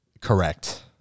Correct